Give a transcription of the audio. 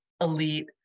elite